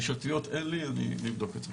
של התביעות אין לי, אני אבדוק את זה.